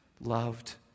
Loved